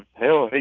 hell,